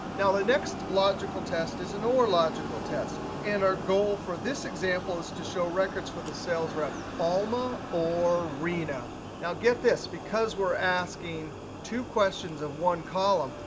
now the next logical test is an or logical test. and our goal for this example is to show records for the sales rep alma or rina. now, get this, because we're asking two questions of one column,